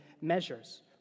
measures